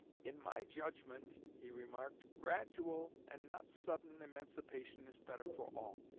in my judgment, he remarked, gradual, and not sudden, emancipation is better for all.